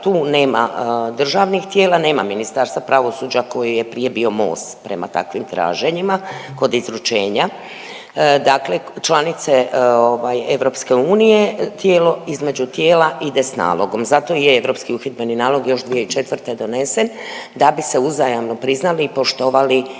Tu nema državnih tijela, nema Ministarstva pravosuđa koji je prije bio most prema takvim traženjima kod izručenja. Dakle, članice ovaj EU tijelo, između tijela ide s nalogom zato i je europski uhidbeni nalog još 2004. donesen da bi se uzajamno priznali i poštovali